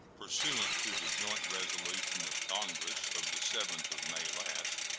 pursuant to the joint resolution of congress of the seventh of may last,